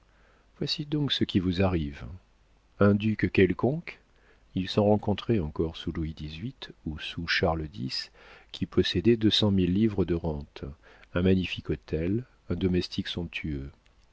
voici donc ce qui vous arrive un duc quelconque il s'en rencontrait encore sous louis xviii ou sous charles x qui possédaient deux cent mille livres de rente un magnifique hôtel un domestique somptueux